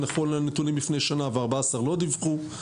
נכון לנתונים לפני שנה ו-14% לא דיווחו.